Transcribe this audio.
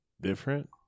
different